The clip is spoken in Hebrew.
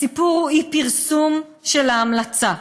הסיפור הוא אי-פרסום ההמלצה.